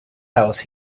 house